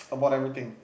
about everything